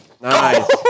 Nice